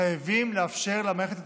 חייבים לאפשר למערכת לתפקד,